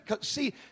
See